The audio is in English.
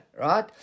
right